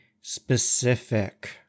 specific